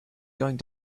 going